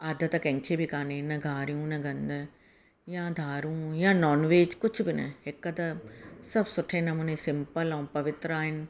आदत कंहिं खे बि कान्हे न गारियूं न गंद या दारू या नॉनवेज कुझु बि न हिकदमि सभु सुठे नमूने सिंपल ऐं पवित्र आहिनि